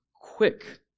quick